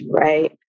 right